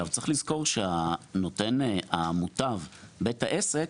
צריך לזכור שבית העסק